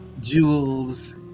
jewels